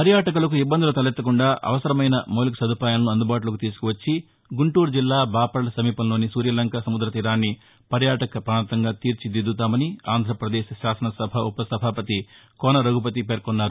పర్యాటకులకు ఇబ్బందులు తలెత్తకుండా అవసరమైన మౌలిక సదుపాయాలను అందుబాటులోకి తీసుకువచ్చి గుంటూరు జిల్లా బాపట్ల సమీపంలోని సూర్యలంక సముద్ర తీరాన్ని పర్యాటక ప్రాంతంగా తీర్చిదిద్యతామని ఆంధ్రప్రదేశ్ శాసనసభ ఉప సభాపతి కోన రఘుపతి పేర్కొన్నారు